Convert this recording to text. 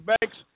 Banks